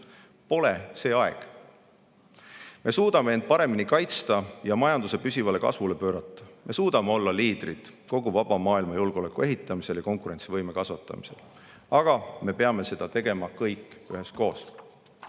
Pole see aeg! Me suudame end paremini kaitsta ja majanduse püsivale kasvule pöörata. Me suudame olla liidrid kogu vaba maailma julgeoleku ehitamisel ja konkurentsivõime kasvatamisel. Aga me peame seda tegema kõik üheskoos.